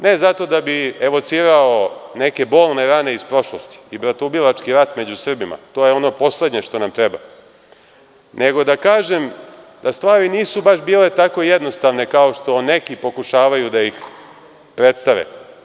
Ne zato da bi evocirao neke bolne rane iz prošlosti i bratoubilački rat među Srbija, to je ono poslednje što nam treba, nego da kažem da stvari nisu baš bile tako jednostavne, kao što neki pokušavaju da ih predstave.